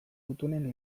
gutunen